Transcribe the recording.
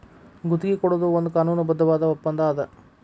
ಗುತ್ತಿಗಿ ಕೊಡೊದು ಒಂದ್ ಕಾನೂನುಬದ್ಧವಾದ ಒಪ್ಪಂದಾ ಅದ